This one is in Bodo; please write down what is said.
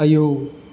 आयौ